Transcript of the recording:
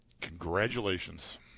Congratulations